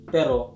Pero